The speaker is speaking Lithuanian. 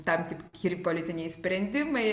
tam tikri politiniai sprendimai